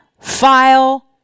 file